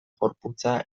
gorputza